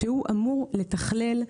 אמור לתכלל,